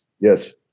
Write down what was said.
Yes